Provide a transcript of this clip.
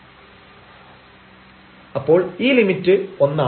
fxy█x32y3x2y2 xy0 0 xy0 0┤ അപ്പോൾ ഈ limit ഒന്നാണ്